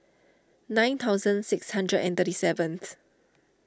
nine thousand six hundred and thirty seventh